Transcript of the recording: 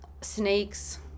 snakes